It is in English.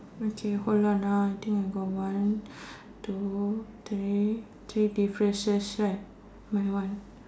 okay hold on ah I think I got one two three three differences right my one